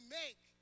make